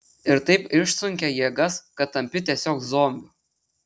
ir taip išsunkia jėgas kad tampi tiesiog zombiu